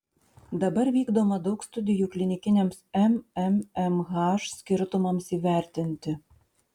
dabar vykdoma daug studijų klinikiniams mmmh skirtumams įvertinti